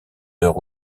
heures